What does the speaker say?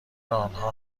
آنها